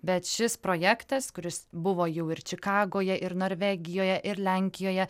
bet šis projektas kuris buvo jau ir čikagoje ir norvegijoje ir lenkijoje